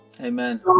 Amen